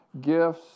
gifts